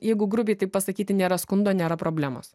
jeigu grubiai taip pasakyti nėra skundo nėra problemos